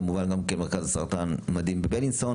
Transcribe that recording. כמובן גם במרכז הסרטן בבלינסון,